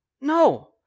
No